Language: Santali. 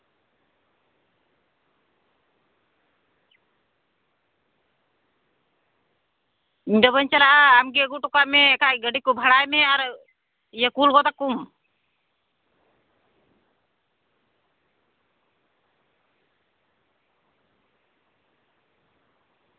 ᱤᱧ ᱫᱚ ᱵᱟᱹᱧ ᱪᱟᱞᱟᱜᱼᱟ ᱟᱢ ᱜᱮ ᱟᱹᱜᱩ ᱦᱚᱴᱚ ᱠᱟᱜ ᱢᱮ ᱜᱟᱹᱰᱤ ᱠᱚ ᱵᱷᱟᱲᱟᱭ ᱢᱮ ᱟᱨ ᱠᱩᱞ ᱜᱚᱫ ᱟᱠᱚᱢ